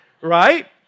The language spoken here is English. right